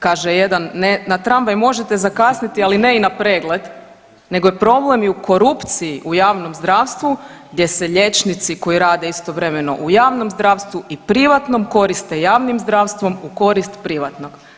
Kaže jedan na tramvaj možete zakasniti, ali ne i na pregled nego je problem i u korupciji u javnom zdravstvu gdje se liječnici koji rade istovremeno u javnom zdravstvom i privatnom koriste javnim zdravstvom u korist privatnog.